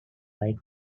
right